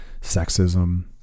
sexism